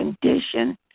condition